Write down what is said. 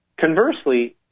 Conversely